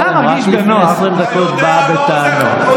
רק לפני 20 דקות באת בטענות.